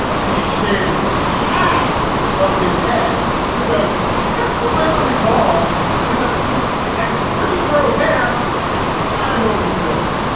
he's shaved half of his head to go temporarily bald with a pate that can regrow hair at a moment's notice.